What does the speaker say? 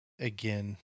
Again